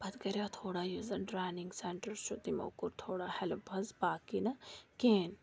پَتہٕ کَریو تھوڑا یُس زَن ٹرٛینِنٛگ سٮ۪نٛٹَر چھُ تِمو کوٚر تھوڑا ہٮ۪لٕپ حظ باقٕے نہٕ کِہیٖنۍ